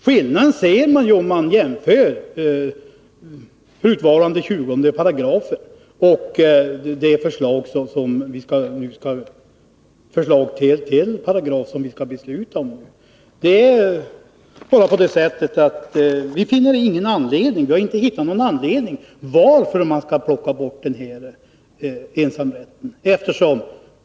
Skillnaden ser man om man jämför förutvarande 20 § med samma paragraf i det förslag vi nu skall fatta beslut om. Vi har inte hittat någon anledning till att man skulle plocka bort ensamrätten.